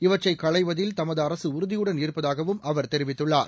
இவற்றை களைவதில் தமது அரசு உறுதியுடன் இருப்பதாகவும் அவர் தெரிவித்துள்ளார்